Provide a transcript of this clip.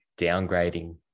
downgrading